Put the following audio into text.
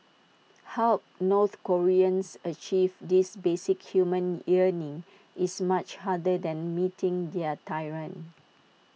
help north Koreans achieve this basic human yearning is much harder than meeting their tyrant